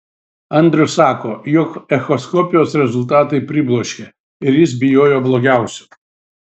andrius sako jog echoskopijos rezultatai pribloškė ir jis bijojo blogiausio